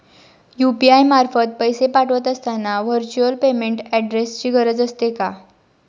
UPI मार्फत पैसे पाठवत असताना व्हर्च्युअल पेमेंट ऍड्रेसची गरज असते का?